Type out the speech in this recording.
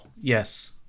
yes